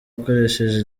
ukoresheje